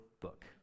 book